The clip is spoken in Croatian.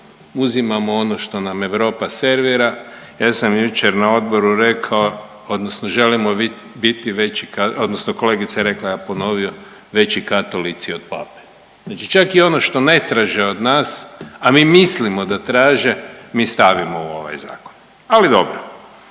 uzimamo ono što nam Europa servira. Ja sam jučer na odboru rekao, odnosno želimo biti, odnosno kolegica je rekla, ja ponovio veći katolici od pape. Znači čak i ono što ne traže od nas, a mi mislimo da traže mi stavimo u ovaj zakon. Ali dobro.